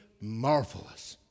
marvelous